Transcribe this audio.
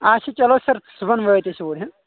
اچھا چلو سر صُبحن وٲتۍ أسۍ اوٗرۍ